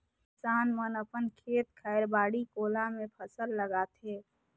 किसान मन अपन खेत खायर, बाड़ी कोला मे फसल लगाथे